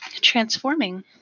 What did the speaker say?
transforming